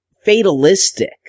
fatalistic